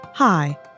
Hi